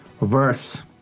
verse